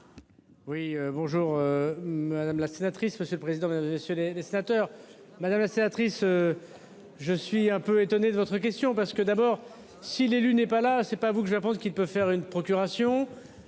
Oui, bonjour madame la sénatrice. Monsieur le Président ce les les sénateurs, madame la sénatrice. Je suis un peu étonné de votre question parce que d'abord si l'élu n'est pas là c'est pas à vous que je pense qu'il peut faire une procuration